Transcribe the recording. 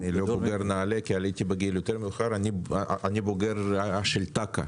אני בוגר תק"א